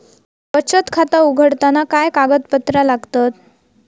बचत खाता उघडताना काय कागदपत्रा लागतत?